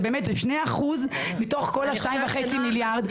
אלה שני אחוזים מתוך 2.5 מיליארד השקלים.